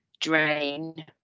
Drain